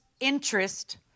interest